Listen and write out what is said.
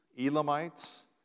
Elamites